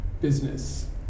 business